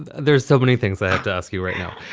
there's so many things i to ask you right now.